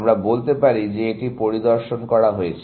আমরা বলতে পারি যে এটি পরিদর্শন করা হয়েছে